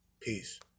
Peace